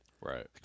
Right